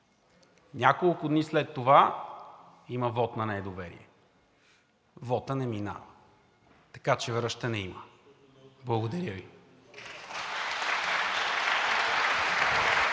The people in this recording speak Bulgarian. Няколко дни след това има вот на недоверие. Вотът не минава. Така че връщане има. Благодаря Ви.